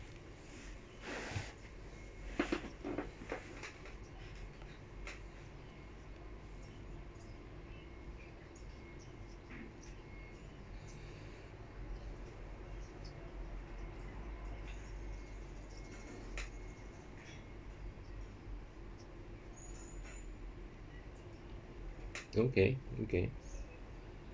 okay okay